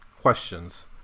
questions